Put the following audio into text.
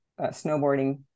snowboarding